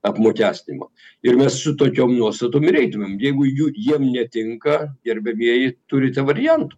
apmokestinimą ir mes su tokiom nuostatom ir eitumėm jeigu jų jiem netinka gerbiamieji turite variantų